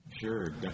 Sure